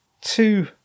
two